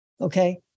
Okay